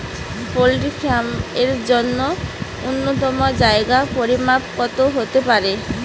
Poultry farm এর জন্য নূন্যতম জায়গার পরিমাপ কত হতে পারে?